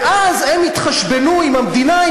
ואז הם יתחשבנו עם המדינה,